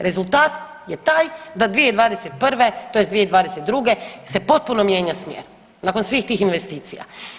Rezultat je taj da 2021. tj. 2022. se potpuno mijenja smjer nakon svih tih investicija.